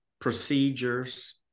procedures